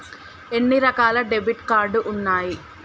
ఎన్ని రకాల debit card ఉన్నాయి?